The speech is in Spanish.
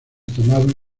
tomado